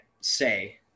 say